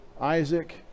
Isaac